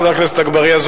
חברת הכנסת אגבאריה,